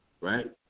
right